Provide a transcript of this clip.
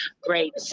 great